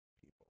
people